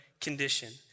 condition